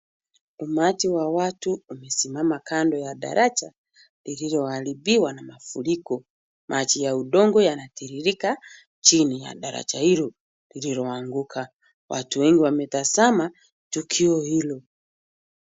Umati wa watu umesimama kando ya daraja lililoharibiwa na mafuriko. Maji ya udongo yanatiririka chini ya daraja hilo lililoanguka. Watu wengi wametazama tukio hilo.